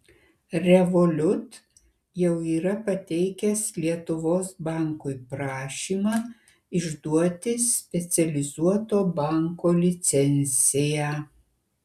revolut jau yra pateikęs lietuvos bankui prašymą išduoti specializuoto banko licenciją